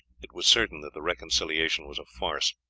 it was certain that the reconciliation was a farce,